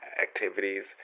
activities